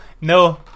no